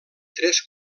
tres